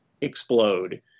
explode